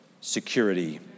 security